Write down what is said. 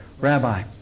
Rabbi